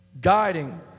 guiding